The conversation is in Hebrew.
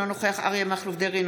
אינו נוכח אריה מכלוף דרעי,